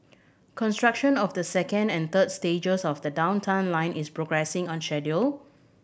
construction of the second and third stages of the Downtown Line is progressing on schedule